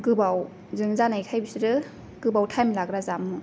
गोबावजों जानायखाय बिसोरो गोबाव थाइम लाग्रा जामुं